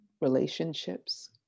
relationships